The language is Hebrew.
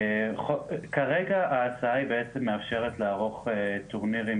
כרגע ההצעה היא בעצם מאפשרת לערוך טורנירים